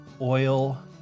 oil